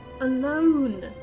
Alone